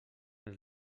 els